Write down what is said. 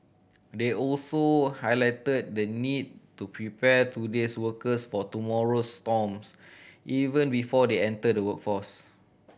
he also highlighted the need to prepare today's workers for tomorrow's storms even before they enter the workforce